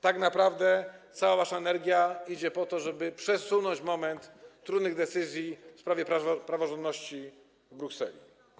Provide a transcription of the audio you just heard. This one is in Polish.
Tak naprawdę cała wasza energia idzie na to, żeby przesunąć moment trudnych decyzji w sprawie praworządności w Brukseli.